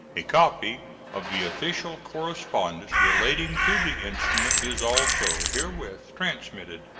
a copy of the official correspondence relating to the instrument is also herewith transmitted.